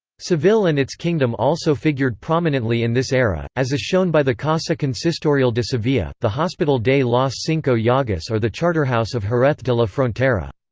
seville and its kingdom also figured prominently in this era, as is shown by the casa consistorial de sevilla, the hospital de las cinco llagas or the charterhouse of jerez de la frontera.